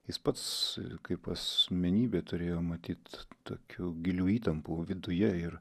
jis pats kaip asmenybė turėjo matyt tokių gilių įtampų viduje ir